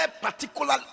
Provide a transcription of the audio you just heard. particular